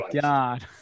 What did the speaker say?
god